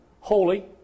holy